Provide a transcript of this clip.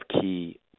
key